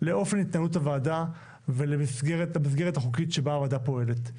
לאופן התנהלות הוועדה ולמסגרת החוקית שבה הוועדה פועלת.